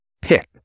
Pick